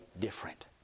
different